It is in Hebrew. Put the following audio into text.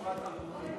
אורן, אבל משפט אלמותי.